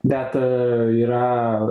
bet yra